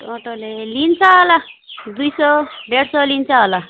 टोटोले लिन्छ होला दुई सय डेढ सय लिन्छ होला